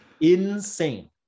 insane